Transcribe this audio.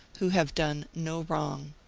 who have done no wrong.